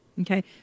Okay